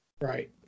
Right